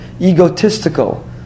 egotistical